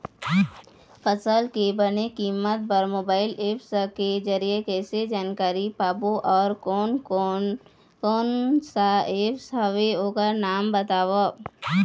फसल के बने कीमत बर मोबाइल ऐप के जरिए कैसे जानकारी पाबो अउ कोन कौन कोन सा ऐप हवे ओकर नाम बताव?